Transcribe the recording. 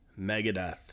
Megadeth